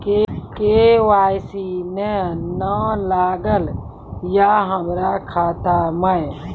KYC ने न लागल या हमरा खाता मैं?